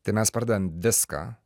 tai mes pardavėm viską